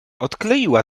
odkleiła